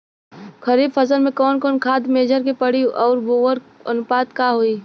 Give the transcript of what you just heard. खरीफ फसल में कवन कवन खाद्य मेझर के पड़ी अउर वोकर अनुपात का होई?